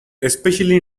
especially